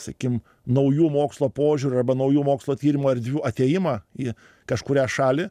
sakykim naujų mokslo požiūrių arba naujų mokslo tyrimo erdvių atėjimą į kažkurią šalį